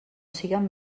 siguen